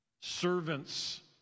servants